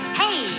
hey